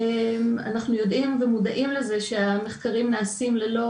אנחנו יודעים ומודעים לזה שהמחקרים נעשים ללא